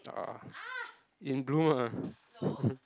ah in bloom ah